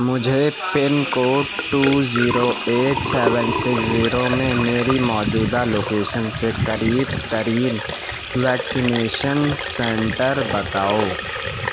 مجھے pin code two zero eight seven six zero میں میری موجودہ لوکیشن سے قریب ترین ویکسینیشن سینٹر بتاؤ